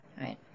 right